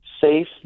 safe